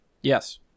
Yes